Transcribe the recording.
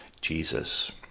Jesus